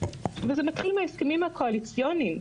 וזה מתחיל מההסכמים הקואליציוניים.